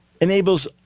enables